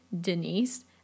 Denise